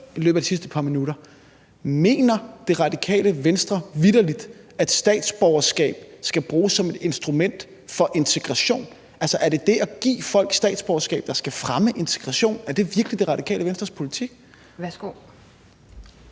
i løbet af de sidste par minutter tit talt om integration. Mener Det Radikale Venstre vitterlig, at statsborgerskab skal bruges som et instrument for integration? Altså, er det det at give folk et statsborgerskab, der skal fremme integrationen? Er det virkelig Det Radikale Venstres politik? Kl.